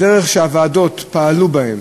הדרך שהוועדות פעלו בה,